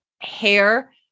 hair